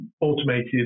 automated